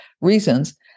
reasons